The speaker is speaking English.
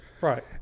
Right